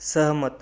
सहमत